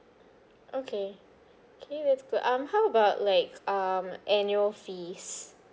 okay okay that's good um how about like um annual fees